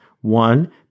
One